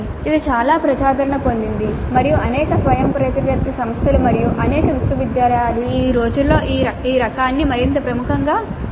ఇది చాలా ప్రజాదరణ పొందింది మరియు అనేక స్వయంప్రతిపత్తి సంస్థలు మరియు అనేక విశ్వవిద్యాలయాలు ఈ రోజుల్లో ఈ రకాన్ని మరింత ప్రముఖంగా స్వీకరించాయి